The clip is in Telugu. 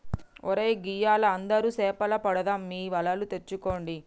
ఒరై గియ్యాల అందరం సేపలు పడదాం మీ వలలు తెచ్చుకోండి